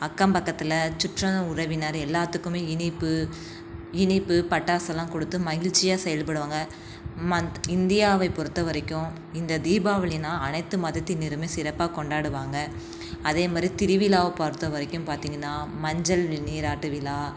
அக்கம் பக்கத்தில் சுற்றன உறவினர் எல்லாத்துக்கும் இனிப்பு இனிப்பு பட்டாசெல்லாம் கொடுத்து மகிழ்ச்சியாக செயல்படுவாங்க மத் இந்தியாவைப் பொருத்த வரைக்கும் இந்த தீபாவளினால் அனைத்து மதத்தினருமே சிறப்பாக கொண்டாடுவாங்க அதே மாதிரி திருவிழாவை பொருத்த வரைக்கும் பார்த்தீங்கன்னா மஞ்சள் நீராட்டு விழா